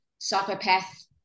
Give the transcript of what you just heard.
psychopath